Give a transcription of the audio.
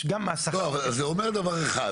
זה אומר דבר אחד,